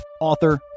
author